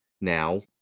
now